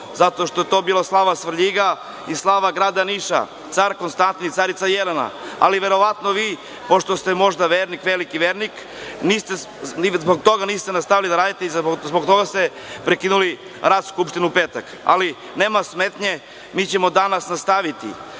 zato što je to bila slava Svrljiga i slava grada Niša – car Konstantin i carica Jelena, ali verovatno vi, pošto ste možda veliki vernik, zbog toga niste nastavili da radite i zbog toga ste prekinuli rad Skupštine u petak. Ali, nema smetnje, mi ćemo danas nastaviti.